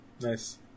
Nice